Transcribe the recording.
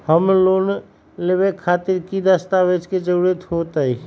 Home loan लेबे खातिर की की दस्तावेज के जरूरत होतई?